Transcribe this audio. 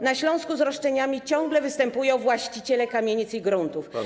Na Śląsku z roszczeniami ciągle występują właściciele kamienic i gruntów.